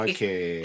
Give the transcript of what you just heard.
Okay